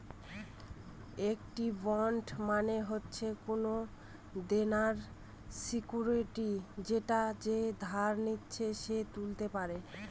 একটি বন্ড মানে হচ্ছে কোনো দেনার সিকুইরিটি যেটা যে ধার নিচ্ছে সে তুলতে পারে